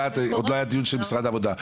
עוד לא היה דיון של משרד העבודה,